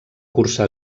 cursar